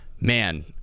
man